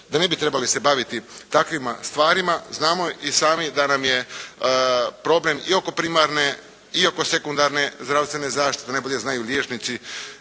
da ne bi trebali se baviti takvima stvarima. Znamo i sami da nam je problem i oko primarne i oko sekundarne zdravstvene zaštite, najbolje znaju liječnici,